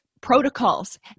protocols